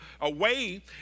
away